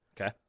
Okay